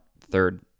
third